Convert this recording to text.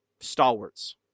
Stalwarts